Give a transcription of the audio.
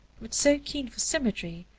but so keen for symmetry,